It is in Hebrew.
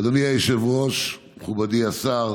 אדוני היושב-ראש, מכובדי השר,